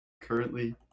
currently